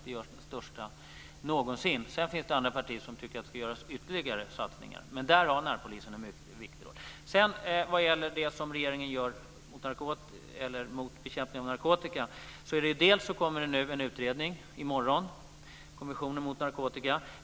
Det är de största någonsin. Sedan finns det andra partier som tycker att det ska göras ytterligare satsningar. Men där har närpolisen en viktig roll. Så till det som regeringen gör när det gäller bekämpning av narkotika. Det kommer i morgon en utredning från kommissionen mot narkotika.